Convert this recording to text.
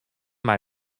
mei